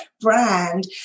brand